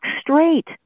straight